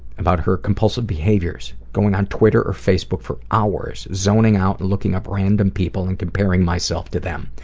about her compulsive behaviors, going on twitter or facebook for hours, zoning out and looking up random people and comparing myself to them.